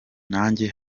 nanjye